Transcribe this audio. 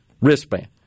wristband